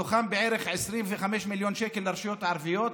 מתוכם בערך 25 מיליון שקל לרשויות הערביות.